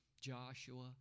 Joshua